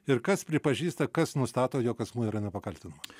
ir kas pripažįsta kas nustato jog asmuo yra nepakaltinamas